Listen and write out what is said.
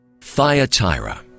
Thyatira